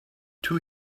too